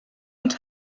und